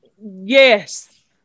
yes